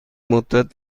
مدت